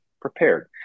prepared